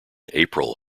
april